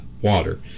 water